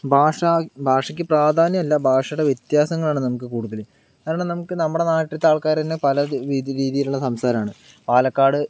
ഭാഷ ഭാഷയ്ക്ക് പ്രാധാന്യം അല്ല ഭാഷയുടെ വ്യത്യാസങ്ങളാണ് നമുക്ക് കൂടുതൽ കാരണം നമുക്ക് നമ്മുടെ നാട്ടിൽത്തെ ആൾക്കാര് തന്നെ പല രീതിയിലുള്ള സംസാരമാണ് പാലക്കാട്